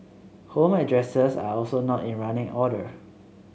home addresses are also not in running order